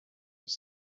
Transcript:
was